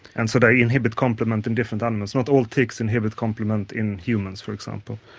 and so they inhibit complement in different animals. not all ticks inhibit complement in humans, for example.